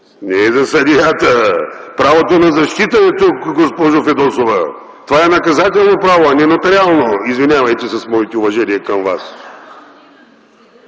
Не е за съдията! Правото на защита е тук, госпожо Фидосова! Това е наказателно право, а не нотариално, извинявайте, с моите уважения към Вас.